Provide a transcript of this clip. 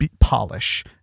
polish